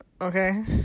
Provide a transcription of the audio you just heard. Okay